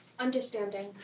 Understanding